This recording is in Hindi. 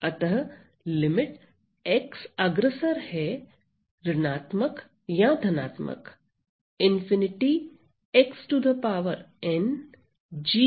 अतः लिमिट x अग्रसर है ऋणात्मक या धनात्मक ∞ xN g 0